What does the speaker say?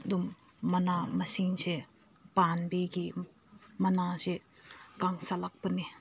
ꯑꯗꯨꯝ ꯃꯅꯥ ꯃꯁꯤꯡꯁꯦ ꯄꯥꯝꯕꯤꯒꯤ ꯃꯅꯥꯁꯦ ꯀꯪꯁꯤꯜꯂꯛꯄꯅꯤ